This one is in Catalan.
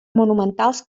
monumentals